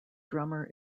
drummer